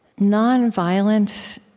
nonviolence